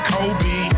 Kobe